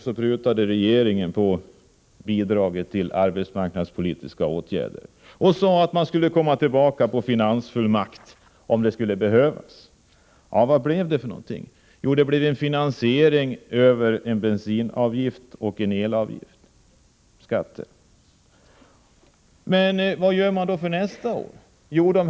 Då prutade regeringen på bidraget till arbetsmarknadspolitiska åtgärder och sade att man skulle komma tillbaka på finansfullmakt om det skulle behövas. Vad blev det? Jo, det blev en finansiering över bensinskatt och elavgift. Men vad händer nästa budgetår?